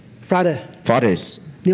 fathers